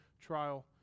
trial